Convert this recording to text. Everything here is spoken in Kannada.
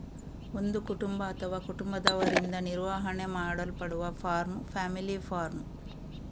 ಒಂದು ಕುಟುಂಬ ಅಥವಾ ಕುಟುಂಬದವರಿಂದ ನಿರ್ವಹಣೆ ಮಾಡಲ್ಪಡುವ ಫಾರ್ಮ್ ಫ್ಯಾಮಿಲಿ ಫಾರ್ಮ್